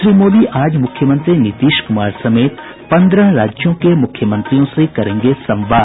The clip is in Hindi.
श्री मोदी आज मुख्यमंत्री नीतीश कुमार समेत पन्द्रह राज्यों के मुख्यमंत्रियों से करेंगे संवाद